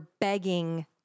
begging